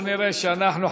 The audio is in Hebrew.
בוא נראה שאנחנו,